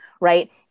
right